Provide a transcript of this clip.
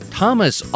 Thomas